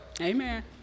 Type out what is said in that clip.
Amen